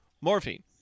Morphine